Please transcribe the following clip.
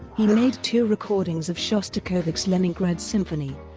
um made two recordings of shostakovich's leningrad symphony,